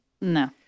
No